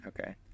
Okay